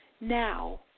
Now